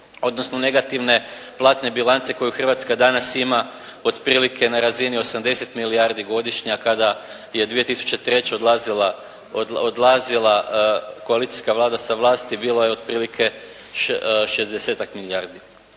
odnosno negativne platne bilance koju Hrvatska danas ima otprilike na razini 80 milijardi godišnje, a kad je 2003. odlazila koalicijska Vlada sa vlasti bila je otprilike šezdesetak milijardi.